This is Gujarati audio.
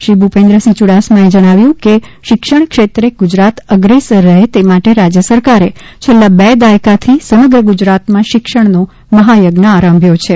શ્રી ભુપેન્દ્રસિંહ યુડાસમાએ જણાવ્યું છે કે શિક્ષણ ક્ષેત્રે ગુજરાત અગ્રેસર રહે તે માટે રાજય સરકારે છેલ્લા બે દાયકાથી સમગ્ર ગુજરાતમાં શિક્ષણનો મહાયજ્ઞ આરંભ્યો છે